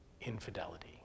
infidelity